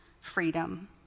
freedom